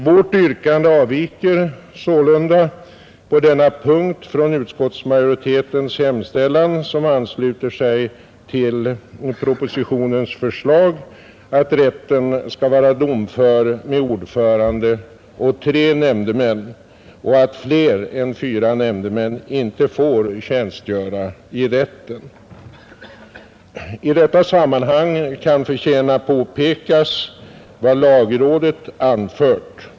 Vårt yrkande avviker sålunda på denna punkt från utskottsmajoritetens hemställan, som ansluter sig till propositionens förslag att rätten skall vara domför med ordförande och tre nämndemän och att flera än fyra nämndemän inte får tjänstgöra i rätten. I detta sammanhang förtjänar det att påpekas vad lagrådet har anfört.